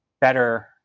better